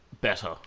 better